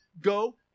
Go